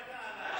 קח עוד דקה עליי.